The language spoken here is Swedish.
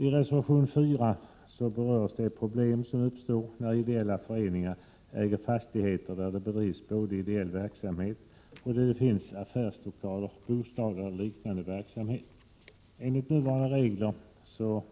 I reservation nr 4 berörs de problem som uppstår då ideella föreningar äger fastigheter där det dels bedrivs ideell verksamhet, dels finns affärslokal, bostad eller liknande. Enligt nuvarande regler är